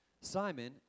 Simon